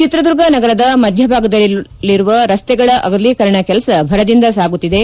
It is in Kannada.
ಚಿತ್ರದುರ್ಗ ನಗರದ ಮಧ್ಯಭಾಗದಲ್ಲಿರುವ ರಸ್ತೆಗಳ ಅಗಲೀಕರಣ ಕೆಲಸ ಭರದಿಂದ ಸಾಗುತಿದೆ